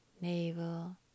navel